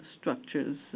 structures